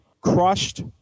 crushed